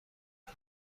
کنم